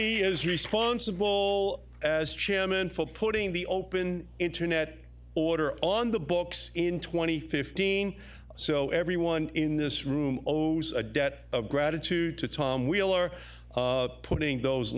he is responsible as chairman foote putting the open internet order on the books in twenty fifteen so everyone in this room a debt of gratitude to tom wheeler putting those